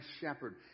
shepherd